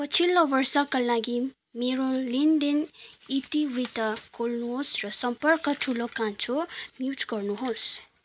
पछिल्लो वर्षका लागि मेरो लेनदेन इतिवृत्त खोल्नुहोस् र सम्पर्क ठुलो कान्छो म्युट गर्नुहोस्